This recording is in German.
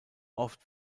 oft